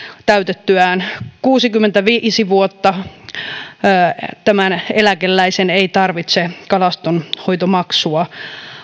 täytettyään kuusikymmentäviisi vuotta eläkeläisen ei tarvitse kalastonhoitomaksua